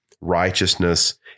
righteousness